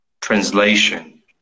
Translation